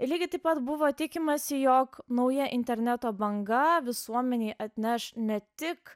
lygiai taip pat buvo tikimasi jog nauja interneto banga visuomenei atneš ne tik